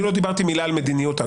אני לא דיברתי מילה על מדיניות,